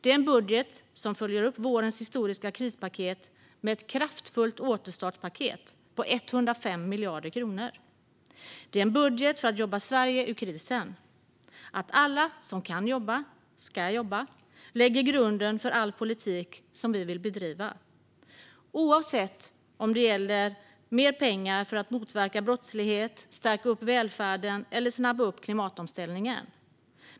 Det är en budget som följer upp vårens historiska krispaket med ett kraftfullt återstartspaket på 105 miljarder kronor. Det är en budget för att jobba Sverige ur krisen. Alla som kan jobba ska jobba - det lägger grunden för all politik som vi vill bedriva, oavsett om det gäller mer pengar för att motverka brottslighet, för att stärka välfärden eller för att snabba på klimatomställningen.